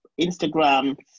Instagram